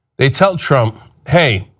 they tell trump, hey,